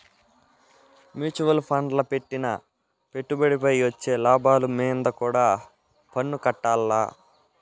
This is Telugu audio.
మ్యూచువల్ ఫండ్ల పెట్టిన పెట్టుబడిపై వచ్చే లాభాలు మీంద కూడా పన్నుకట్టాల్ల